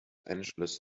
angeles